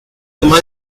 demás